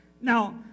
now